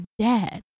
dad